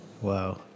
Wow